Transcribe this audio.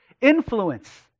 influence